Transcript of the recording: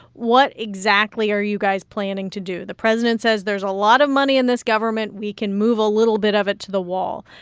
what exactly are you guys planning to do? the president says there's a lot of money in this government. we can move a little bit of it to the wall.